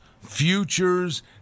futures